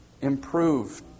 improved